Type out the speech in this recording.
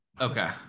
Okay